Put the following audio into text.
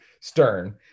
stern